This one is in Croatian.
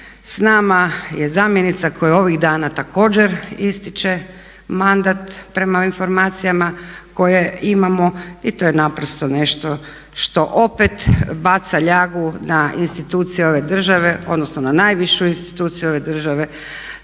S nama je zamjenica koja je ovih dana također ističe mandat prema informacijama koje imamo i to je naprosto nešto što opet baca ljagu na institucije ove države, odnosno na najvišu instituciju ove države